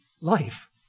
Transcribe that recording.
life